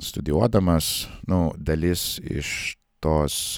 studijuodamas nu dalis iš tos